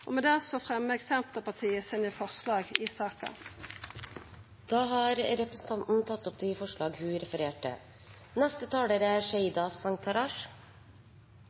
vegvesen. Med det tar jeg opp Rødts forslag i saken. Representanten Bjørnar Moxnes har tatt opp de forslagene han refererte til. Regjeringens mål er